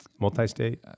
multi-state